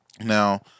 now